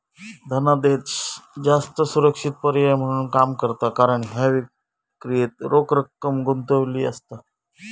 धनादेश जास्त सुरक्षित पर्याय म्हणून काम करता कारण ह्या क्रियेत रोख रक्कम गुंतलेली नसता